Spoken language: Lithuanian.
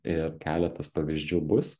ir keletas pavyzdžių bus